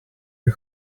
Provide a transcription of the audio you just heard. you